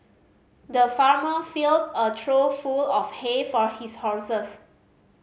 the farmer filled a trough full of hay for his horses